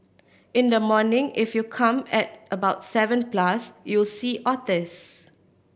in the morning if you come at about seven plus you'll see otters